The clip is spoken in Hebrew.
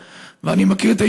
ואני אומר לך,